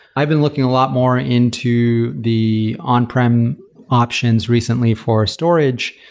i've been looking a lot more into the on-prem options recently for storage,